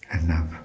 enough